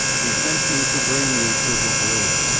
he sent me to bring you to his room.